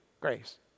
Grace